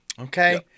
okay